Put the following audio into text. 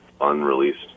unreleased